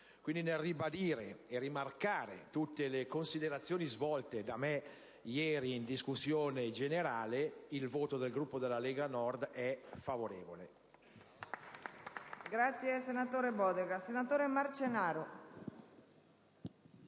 Quindi, nel ribadire e rimarcare tutte le considerazioni svolte da me ieri in discussione generale, dichiaro che il voto del Gruppo della Lega Nord sarà favorevole.